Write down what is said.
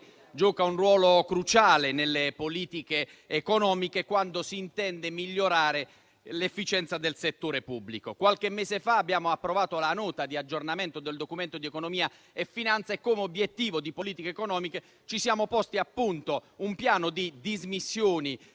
gioca un ruolo cruciale nelle politiche economiche quando si intende migliorare l'efficienza del settore pubblico. Qualche mese fa abbiamo approvato la Nota di aggiornamento del Documento di economia e finanza e, come obiettivo di politica economica, ci siamo posti un piano di dismissioni